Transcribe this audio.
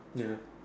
ya